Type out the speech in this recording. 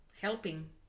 helping